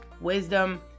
wisdom